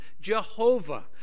Jehovah